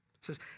says